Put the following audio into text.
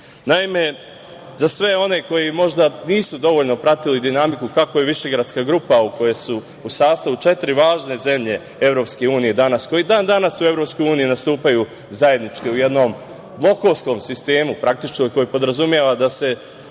Naime, za sve one koji nisu možda dovoljno pratili dinamiku kako je Višegradska grupa u čijem su u sastavu četiri važne zemlje EU, koji i dan danas u EU nastupaju zajednički u jednom blokovskom sistemu koji podrazumeva da se